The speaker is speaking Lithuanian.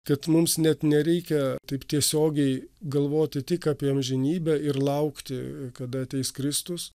kad mums net nereikia taip tiesiogiai galvoti tik apie amžinybę ir laukti kada ateis kristus